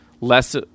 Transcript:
less